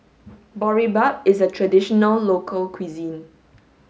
Boribap is a traditional local cuisine